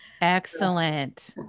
Excellent